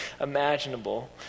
imaginable